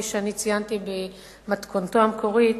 כפי שאני ציינתי במתכונתו המקורית,